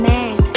Man